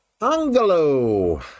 Angelo